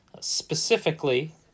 specifically